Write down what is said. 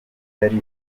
yari